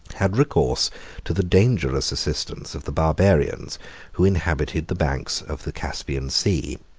had recourse to the dangerous assistance of the barbarians who inhabited the banks of the caspian sea.